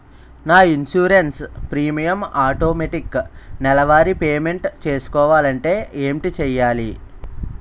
నా insurance premium automatic నెలవారి payment చేసుకోవాలంటే ఏంటి చేయాలి?